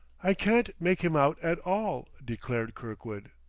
i can't make him out at all! declared kirkwood.